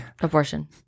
abortion